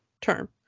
term